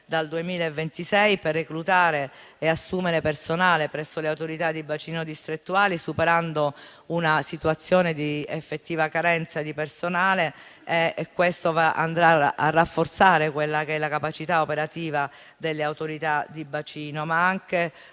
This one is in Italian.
dal 2026 per reclutare e assumere personale presso le autorità di bacino distrettuali, superando una situazione di effettiva carenza di personale. Questo andrà a rafforzare la capacità operativa delle autorità di bacino.